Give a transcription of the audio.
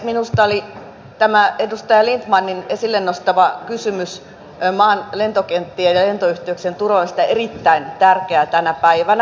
minusta oli tämä edustaja lindtmanin esille nostama kysymys maan lentokenttien ja lentoyhteyksien turvaamisesta erittäin tärkeä tänä päivänä